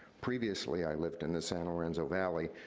previously, i lived in the san lorenzo valley,